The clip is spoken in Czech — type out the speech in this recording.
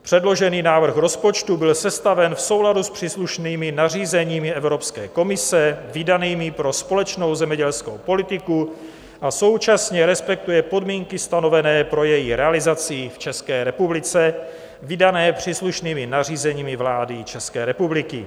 Předložený návrh rozpočtu byl sestaven v souladu s příslušnými nařízeními Evropské komise vydanými pro společnou zemědělskou politiku a současně respektuje podmínky stanovené pro její realizaci v České republice, vydané příslušnými nařízeními vlády České republiky.